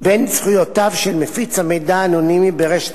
בין זכויותיו של מפיץ המידע האנונימי ברשת